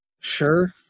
sure